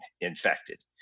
infected